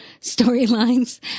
storylines